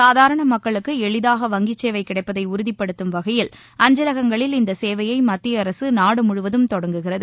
சாதாரண மக்குளுக்கு எளிதாக வங்கிச் சேவை கிடைப்பதை உறுதிப்படுத்தும் வகையில் அஞ்சலகங்களில் இந்த சேவையை மத்திய அரசு நாடுமுழுவதும் தொடங்குகிறது